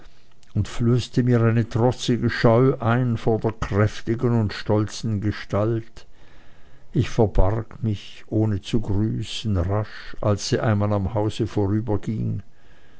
und flößte mir eine trotzige scheu ein vor der kräftigen und stolzen gestalt ich verbarg mich ohne zu grüßen rasch als sie einmal am hause vorüberging